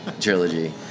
trilogy